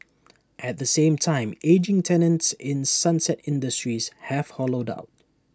at the same time ageing tenants in sunset industries have hollowed out